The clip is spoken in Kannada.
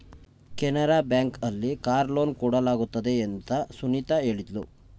ಕೆನರಾ ಬ್ಯಾಂಕ್ ಅಲ್ಲಿ ಕಾರ್ ಲೋನ್ ಕೊಡಲಾಗುತ್ತದೆ ಅಂತ ಸುನಿತಾ ಹೇಳಿದ್ಲು